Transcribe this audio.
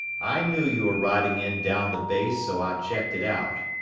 i knew you were riding in down the base so i checked it out.